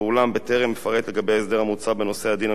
בטרם אפרט לגבי ההסדר המוצע בנושא הדין המשמעתי,